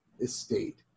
estate